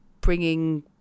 bringing